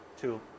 two